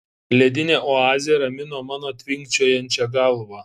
ledinė oazė ramino mano tvinkčiojančią galvą